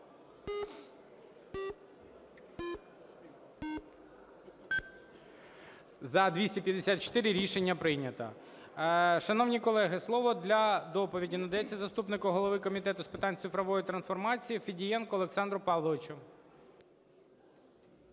За – 254 Рішення прийнято. Шановні колеги, слово для доповіді надається заступнику голови Комітету з питань цифрової трансформації Федієнку Олександру Павловичу.